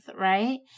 right